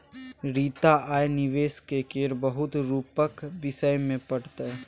रीता आय निबेशक केर बहुत रुपक विषय मे पढ़तै